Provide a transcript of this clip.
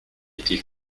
était